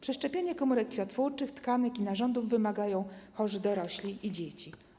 Przeszczepienia komórek krwiotwórczych, tkanek i narządów wymagają chorzy dorośli i dzieci.